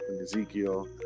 Ezekiel